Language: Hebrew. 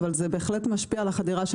אבל זה בהחלט משפיע על החדירה של